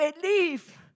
believe